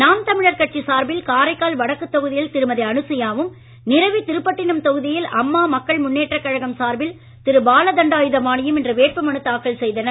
நாம் தமிழர் கட்சி சார்பில் காரைக்கால் வடக்கு தொகுதியில் திருமதி அனுசுயாவும் நிரவி திருப்பட்டினம் தொகுதியில் அம்மா மக்கள் முன்னேற்ற கழகம் சார்பில் திரு பாலதண்டாயுதபாணியும் இன்று வேட்பு மனு தாக்கல் செய்தனர்